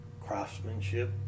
craftsmanship